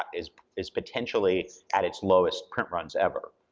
is is potentially at its lowest print runs ever.